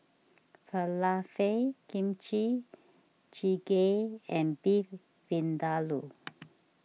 Falafel Kimchi Jjigae and Beef Vindaloo